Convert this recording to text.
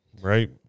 Right